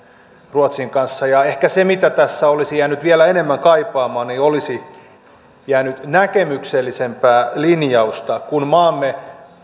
ruotsin kanssa ja ehkä se mitä tässä olisi jäänyt vielä kaipaamaan on näkemyksellisempää linjausta kun maamme